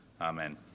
Amen